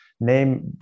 name